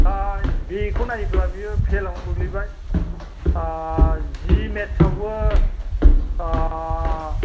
दा बेखौ नायोब्ला बियो फेलावनो गोग्लैबाय जि मेथ्सआवबो